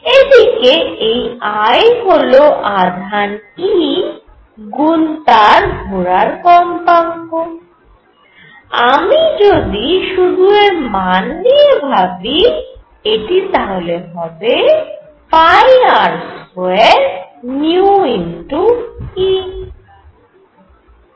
এদিকে এই I হল আধান e গুন তার ঘোরার কম্পাঙ্ক আমি যদি শুধু এর মান নিয়ে ভাবি এটি তাহলে হবে R2νe